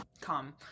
come